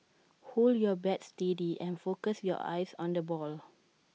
hold your bat steady and focus your eyes on the ball